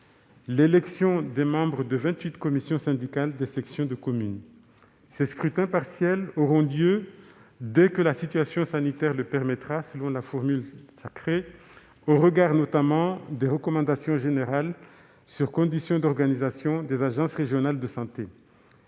l'élection des membres de 28 commissions syndicales de sections de communes. Ces scrutins partiels auront lieu dès que la situation sanitaire le permettra- selon la formule consacrée - au regard notamment des recommandations générales sur les conditions d'organisation des agences régionales de santé.